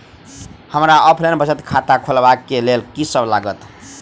हमरा ऑफलाइन बचत खाता खोलाबै केँ लेल की सब लागत?